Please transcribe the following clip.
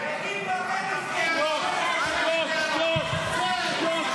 שתוק, שתוק, שתוק.